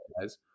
guys